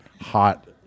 hot